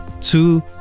two